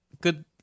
Good